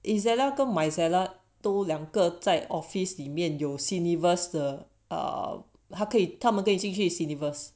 ezerra misarah two 两两个在 office 里面有 sylvester err 他可以他们可以进去 universe